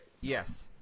Yes